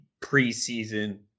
preseason